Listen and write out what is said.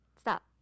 stop